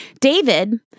David